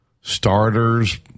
starters